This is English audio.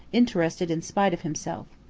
interested in spite of himself.